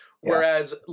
Whereas